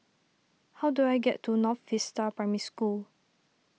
how do I get to North Vista Primary School